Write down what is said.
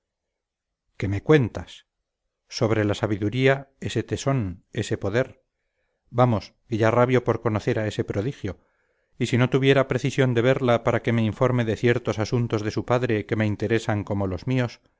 qué me cuentas sobre la sabiduría ese tesón ese poder vamos que ya rabio por conocer a ese prodigio y si no tuviera precisión de verla para que me informe de ciertos asuntos de su padre que me interesan como los míos